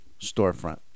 storefront